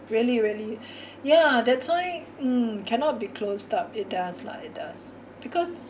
really really yeah that's why mm cannot be closed up it does lah it does because